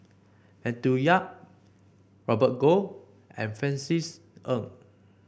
Matthew Yap Robert Goh and Francis Ng